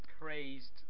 crazed